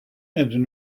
and